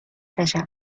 تشکر